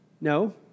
No